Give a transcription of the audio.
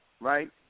right